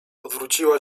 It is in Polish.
odwróciła